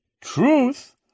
truth